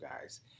guys